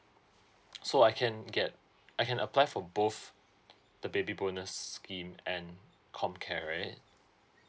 so I can get I can apply for both the baby bonus scheme and comcare right